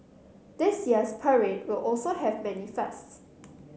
this year's parade will also have many firsts